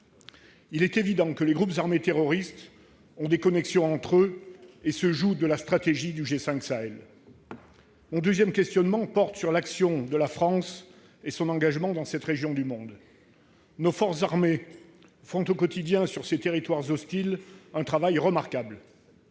Il est évident que les groupes armés terroristes ont des connexions entre eux et se jouent de la stratégie du G5 Sahel. Je m'interroge ensuite sur l'action de la France et son engagement dans cette région du monde. Nos forces armées font au quotidien un travail remarquable